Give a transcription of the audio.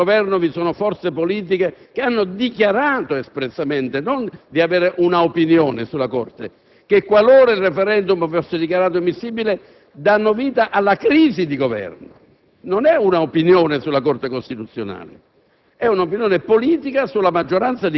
Questa è la questione istituzionale. È del tutto ovvio che, all'interno del Governo, vi sono forze politiche che hanno dichiarato espressamente non di avere un'opinione sulla Corte, ma che, qualora il *referendum* fosse dichiarato ammissibile, darebbero vita alla crisi di Governo.